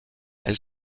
elle